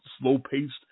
slow-paced